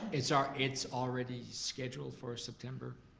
it's ah it's already scheduled for september?